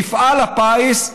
מפעל הפיס,